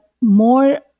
more